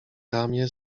ramię